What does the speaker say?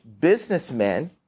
businessmen